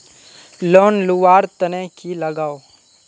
Loan लुवा र तने की लगाव?